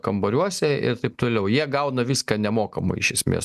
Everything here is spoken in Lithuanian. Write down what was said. kambariuose ir taip toliau jie gauna viską nemokamai iš esmės